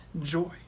joy